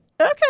Okay